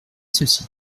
ceci